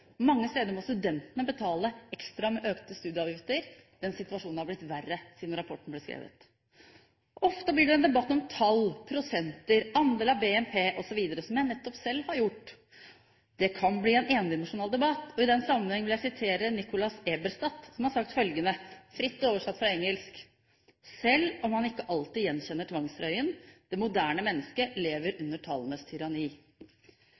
Mange steder må studentene betale ekstra, med økte studieavgifter. Den situasjonen har blitt verre siden rapporten ble skrevet. Ofte blir det en debatt om tall, prosenter, andel av BNP osv., slik jeg nettopp selv har gjort. Det kan bli en endimensjonal debatt, og i den sammenheng vil jeg sitere Nicholas Eberstadt, som har sagt følgende – fritt oversatt fra engelsk: Selv om han ikke alltid gjenkjenner tvangstrøyen, det moderne mennesket lever